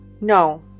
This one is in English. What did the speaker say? No